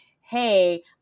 hey